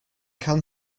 can